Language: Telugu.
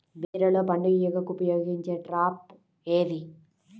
బీరలో పండు ఈగకు ఉపయోగించే ట్రాప్ ఏది?